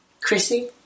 Chrissy